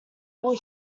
will